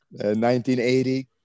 1980